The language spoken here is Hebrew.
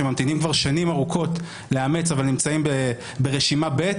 שממתינים כבר שנים ארוכות לאמץ אבל נמצאים ברשימה ב',